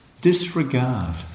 disregard